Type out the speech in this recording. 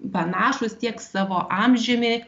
panašūs tiek savo amžiumi